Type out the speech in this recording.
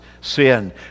sin